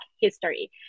history